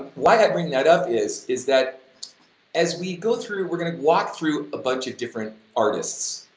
why i bring that up is is that as we go through, we're gonna walk through a bunch of different artists,